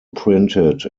printed